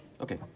Okay